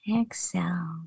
exhale